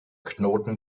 knoten